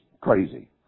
crazy